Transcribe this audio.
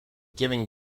giving